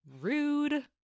Rude